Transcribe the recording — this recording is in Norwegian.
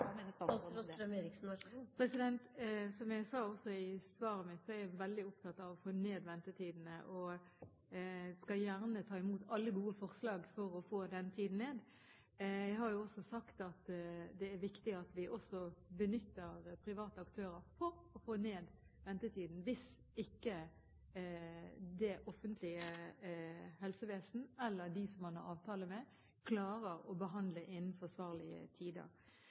jeg veldig opptatt av å få ned ventetidene og skal gjerne ta imot alle gode forslag for å få den tiden ned. Jeg har jo også sagt at det er viktig at vi benytter private aktører for å få ned ventetiden hvis ikke det offentlige helsevesen eller de som man har avtale med, klarer å behandle innen